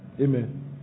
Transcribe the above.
Amen